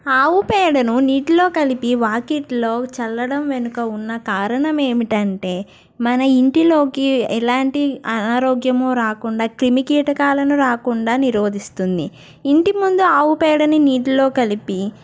ఆవు పేడను నీటిలో కలిపి వాకిట్లో చల్లడం వెనుక ఉన్న కారణం ఏమిటంటే మన ఇంటిలోకి ఎలాంటి అనారోగ్యము రాకుండా క్రిమికీటకాలను రాకుండా నిరోధిస్తుంది ఇంటి ముందు ఆవు పేడని నీటిలో కలిపి